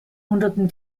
hunderten